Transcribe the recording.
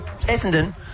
Essendon